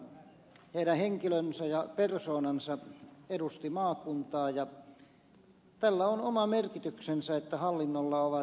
heidän henkilönsä ja persoonansa edusti maakuntaa ja tällä on oma merkityksensä että hallinnolla on kasvot